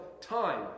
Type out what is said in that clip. time